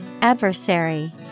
Adversary